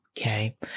okay